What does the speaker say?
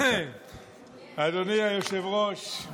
אדוני היושב-ראש,